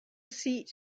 seat